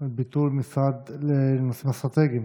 ביטול המשרד לנושאים אסטרטגיים?